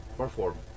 perform